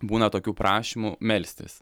būna tokių prašymų melstis